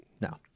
No